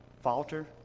falter